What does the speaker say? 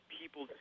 people